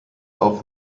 auf